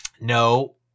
No